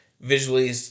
visually